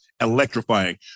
electrifying